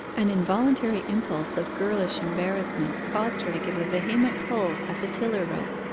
an involuntary impulse of girlish embarrassment caused her to give a vehement pull at the tiller-rope,